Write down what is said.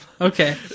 Okay